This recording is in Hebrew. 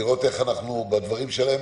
לראות איך אנחנו בדברים שלהם,